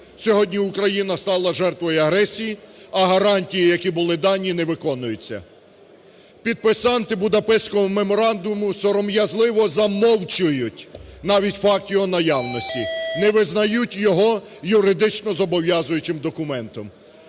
сьогодні Україна стала жертвою агресії, а гарантії, які були дані, не виконуються. Підписанти Будапештського меморандуму сором'язливо замовчують навіть факт його наявності, не визнають його юридично зобов'язуючим документом.